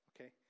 okay